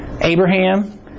Abraham